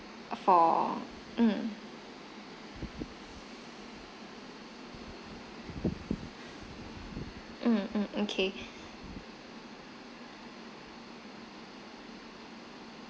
for um mm mm okay